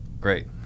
Great